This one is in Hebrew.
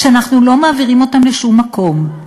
שאנחנו לא מעבירים אותם לשום מקום,